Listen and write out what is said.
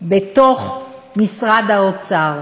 בתוך משרד האוצר.